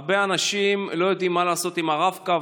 הרבה אנשים לא יודעים מה לעשות עם הרב-קו,